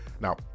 Now